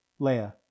Leia